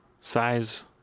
Size